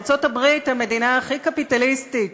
ארצות-הברית, המדינה הכי קפיטליסטית